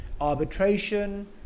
arbitration